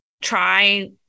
try